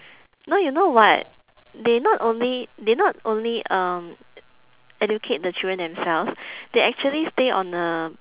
no you know what they not only they not only um educate the children themselves they actually stay on a